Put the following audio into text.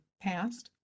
past